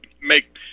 make